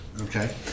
Okay